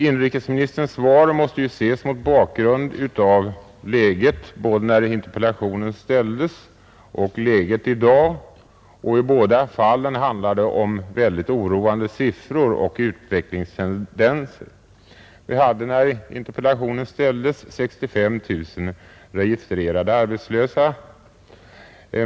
Inrikesministerns svar måste ju ses mot bakgrunden av läget när interpellationen framställdes och läget i dag, och i båda fallen handlar det om mycket oroande siffror och utvecklingstendenser. Vi hade när interpellationen framställdes 65 000 registrerade arbetslösa.